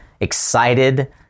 excited